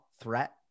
threat